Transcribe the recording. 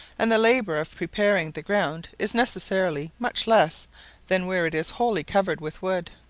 and the labour of preparing the ground is necessarily much less than where it is wholly covered with wood.